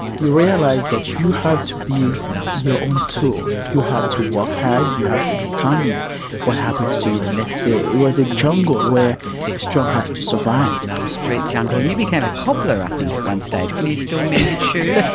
you realise that you have to be your own tool. you have to work hard, you have to determine what happens to you the next day. it was a jungle where the strong has to survive. the street jungle. and you became a cobbler, i think, at one stage. can you still mend shoes?